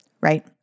right